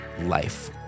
life